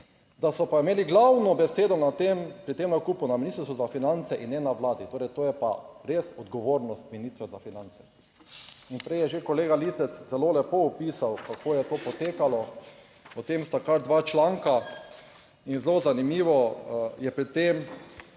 da so pa imeli glavno besedo na tem, pri tem nakupu na Ministrstvu za finance in ne na Vladi. Torej to je pa res odgovornost ministra za finance. In prej je že kolega Lisec zelo lepo opisal kako je to potekalo, o tem sta kar dva članka. In zelo zanimivo je pri tem,